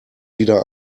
wieder